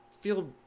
feel